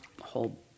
whole